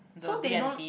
so they don't